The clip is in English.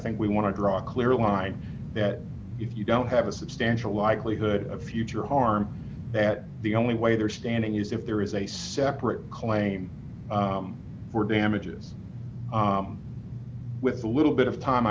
think we want to draw a clear line that you don't have a substantial likelihood of future harm that the only way they are standing is if there is a separate claim for damages with the little bit of time